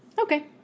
Okay